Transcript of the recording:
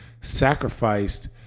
sacrificed